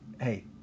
hey